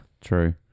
true